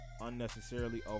unnecessarily